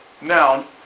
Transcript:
noun